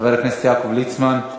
חבר הכנסת יעקב ליצמן?